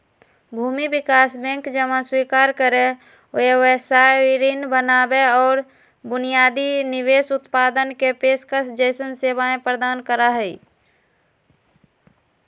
भूमि विकास बैंक जमा स्वीकार करे, व्यवसाय ऋण बनावे और बुनियादी निवेश उत्पादन के पेशकश जैसन सेवाएं प्रदान करा हई